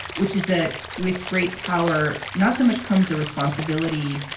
which is that with great power, not so much comes their responsibility,